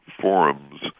forums